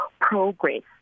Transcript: progress